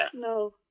No